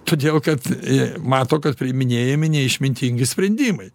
todėl kad e mato kad priiminėjami neišmintingi sprendimai